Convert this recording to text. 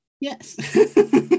Yes